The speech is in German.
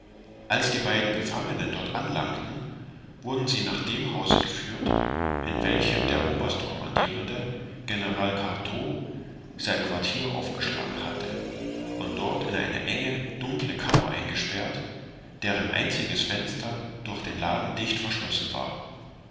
als die beiden gefangenen dort anlangten wurden sie nach dem hause geführt in welchem der oberstkommandirende general cartaux sein quartier aufgeschlagen hatte und dort in eine enge dunkle kammer eingesperrt deren einziges fenster durch den laden dicht verschlossen war